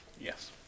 Yes